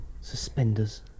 suspenders